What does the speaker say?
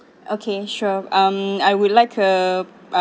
okay sure um I would like a